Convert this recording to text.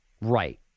Right